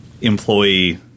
employee